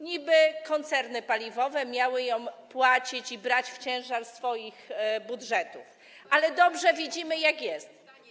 Niby koncerny paliwowe miały ją płacić i wliczać w ciężar swoich budżetów, ale dobrze widzimy, jak jest.